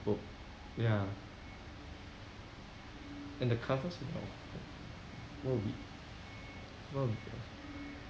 book ya and the covers in our home what we what we